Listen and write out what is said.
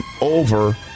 over